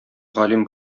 галим